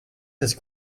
this